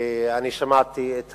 אני שמעתי את